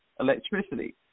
electricity